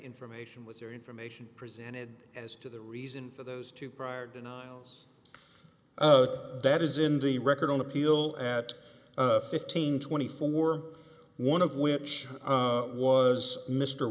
information with your information presented as to the reason for those two prior denials that is in the record on appeal at fifteen twenty four one of which was mr